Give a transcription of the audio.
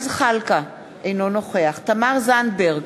נוכח תמר זנדברג,